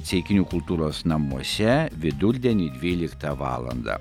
ceikinių kultūros namuose vidurdienį dvyliktą valandą